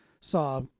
saw